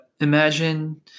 imagine